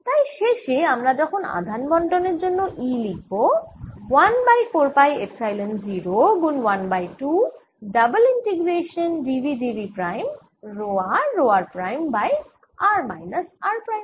তাই শেষে আমরা আধান বণ্টনের জন্য E লিখব 1 বাই 4 পাই এপসাইলন 0 গুণ 1 by 2 double integration dv dv prime rho r rho r prime by r minus r prime